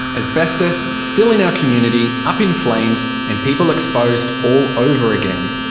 asbestos still in our community, up in flames, and people exposed all over again.